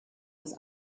des